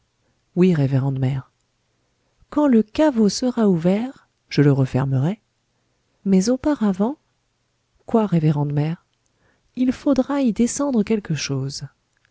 oui révérende mère quand le caveau sera ouvert je le refermerai mais auparavant quoi révérende mère il faudra y descendre quelque chose